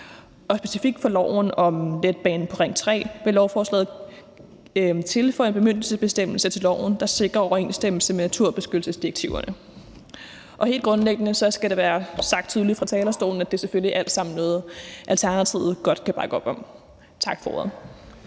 Og specifikt i forhold til loven om letbane på Ring 3 vil lovforslaget tilføje en bemyndigelsesbestemmelse til loven, der sikrer overensstemmelse med naturbeskyttelsesdirektiverne. Helt grundlæggende skal det være sagt tydeligt fra talerstolen, at det selvfølgelig alt sammen er noget, som Alternativet godt kan bakke op om. Tak for ordet.